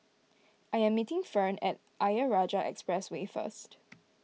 I am meeting Ferne at Ayer Rajah Expressway first